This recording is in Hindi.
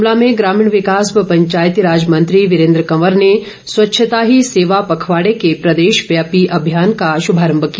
शिमला में ग्रामीण विकास व पंचायती राज मंत्री वीरेंद्र कंवर ने स्वच्छता ही सेवा पखवाड़े के प्रदेशव्यापी अभियान का श्मारम्म किया